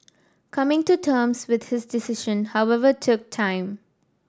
coming to terms with his decision however took time